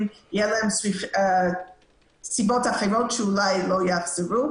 שיהיה להם סיבות אחרות שאולי לא יחזרו.